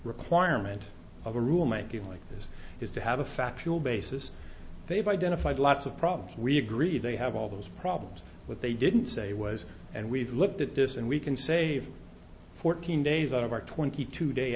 requirement of a rule might be like this has to have a factual basis they've identified lots of problems we agree they have all those problems with they didn't say was and we've looked at this and we can save fourteen days out of our twenty two day